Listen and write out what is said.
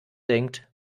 denkt